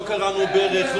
לא כרענו ברך,